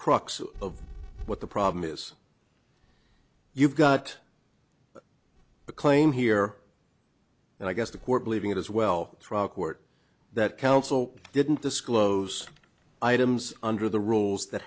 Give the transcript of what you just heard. crux of what the problem is you've got a claim here and i guess the court believing it as well trial court that counsel didn't disclose items under the rules that